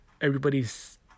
everybody's